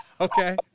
Okay